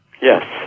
Yes